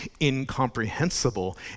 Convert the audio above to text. incomprehensible